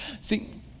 See